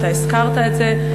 והזכרת את זה,